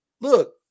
Look